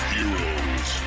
Heroes